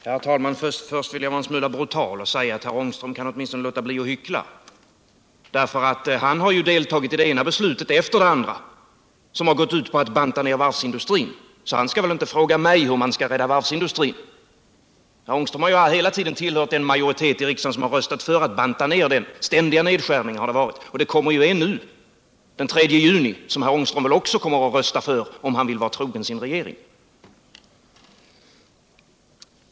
Herr talman! Först vill jag vara en smula brutal och säga att Rune Ångström väl åtminstone kan läta bli att hyckla! Flan har ju deltagit i det ena beslutet etter det andra som har gått ut på att banta ner varvsindustrin, så han skall väl inte fråga mig hur man skall bära sig åt för att rädda varvsindustrin! Rune Ångström har hela tiden tillhört den majoritet i riksdagen som har röstat för att banta ner — ständiga nerskärningar har det varit — och det kommer nu vtterligare en sådan den 3 juni, som väl herr Ångström också kommer att rösta för, om han vill vara trogen sin regering?